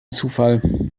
zufall